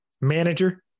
manager